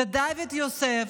זה דוד יוסף,